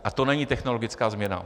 A to není technologická změna?